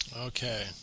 Okay